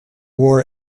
war